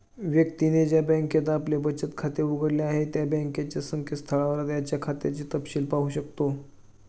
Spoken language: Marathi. व्यक्तीने ज्या बँकेत आपले बचत खाते उघडले आहे त्या बँकेच्या संकेतस्थळावर त्याच्या खात्याचा तपशिल पाहू शकतो